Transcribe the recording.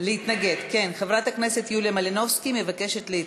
חברת הכנסת יוליה מלינובסקי מבקשת להתנגד,